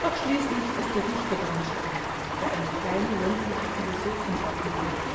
doch schließlich ist der dichter daran schuld der eine kleine ländliche philosophin schaffen wollte